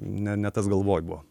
ne ne tas galvoj buvo